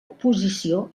posició